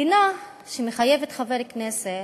מדינה שמחייבת חבר כנסת,